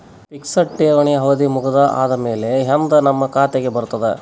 Fixed ಠೇವಣಿ ಅವಧಿ ಮುಗದ ಆದಮೇಲೆ ಎಂದ ನಮ್ಮ ಖಾತೆಗೆ ಬರತದ?